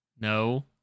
no